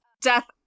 death